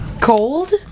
cold